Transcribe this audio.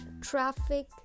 Traffic